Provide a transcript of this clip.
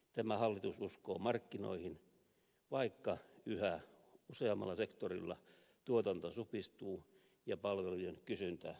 tämä hallitus uskoo markkinoihin vaikka yhä useammalla sektorilla tuotanto supistuu ja palvelujen kysyntä hiipuu